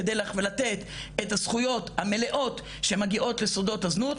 כדי לתת את הזכויות המלאות שמגיעות לשורדות הזנות,